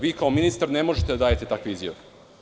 Vi kao ministar ne možete da dajete takve izjave.